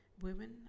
Women